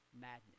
madness